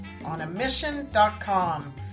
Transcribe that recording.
onamission.com